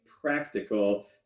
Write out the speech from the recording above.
practical